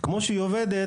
כמו שהיא עובדת,